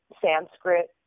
Sanskrit